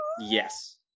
Yes